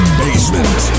basement